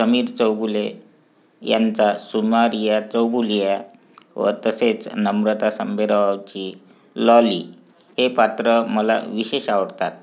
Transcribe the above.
समीर चौगुले यांचा सुमारीया चौगुलिया व तसेच नम्रता संभेरावची लॉली हे पात्र मला विशेष आवडतात